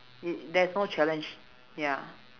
it there's no challenge ya